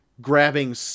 grabbing